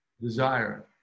desire